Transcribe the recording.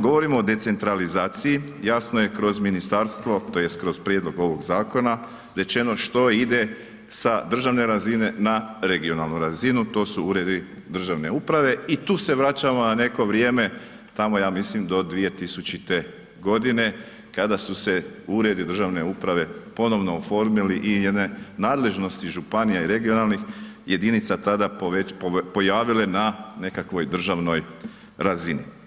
govorimo o decentralizaciji jasno je kroz ministarstvo tj. kroz prijedlog ovog zakona rečeno što ide sa državne razine, na regionalnu razinu to su uredi državne uprave i tu se vraćamo na neko vrijeme tamo ja mislim do 2000. godine kada su se uredi državne uprave ponovno oformili i njene nadležnosti županija i regionalnih jedinica tada povećali, pojavile na nekakvoj državnoj razini.